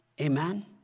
Amen